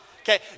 Okay